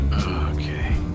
Okay